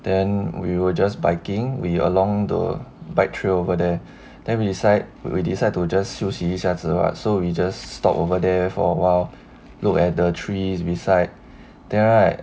then we were just biking we along the bike trail over there then we decide we decide to just 休息一下子吧 so we just stop over there for awhile look at the trees beside there right